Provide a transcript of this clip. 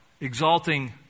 exalting